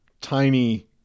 tiny